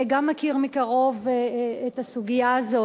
גם מכיר מקרוב את הסוגיה הזאת,